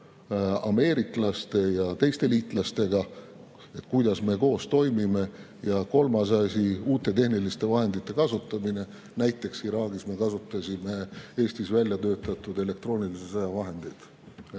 ameeriklaste ja teiste liitlastega, kuidas me koos toimime. Ja kolmas asi oli uute tehniliste vahendite kasutamine. Näiteks Iraagis me kasutasime Eestis väljatöötatud elektroonilisi sõjavahendeid.